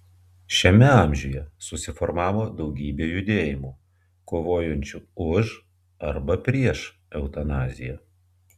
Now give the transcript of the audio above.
šiame amžiuje susiformavo daugybė judėjimų kovojančių už arba prieš eutanaziją